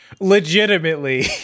legitimately